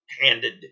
handed